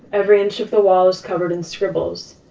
every inch of the wall is covered in scribbles.